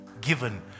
given